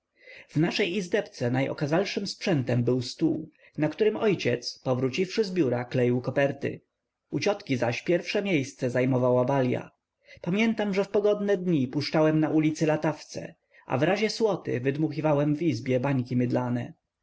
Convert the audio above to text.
w naszej izdebce najokazalszym sprzętem był stół na którym ojciec powróciwszy z biura kleił koperty u ciotki zaś pierwsze miejsce zajmowała balia pamiętam że w pogodne dnie puszczałem na ulicy latawce a wrazie słoty wydmuchiwałem w izbie bańki mydlane